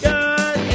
God